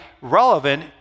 relevant